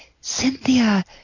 Cynthia